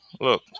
Look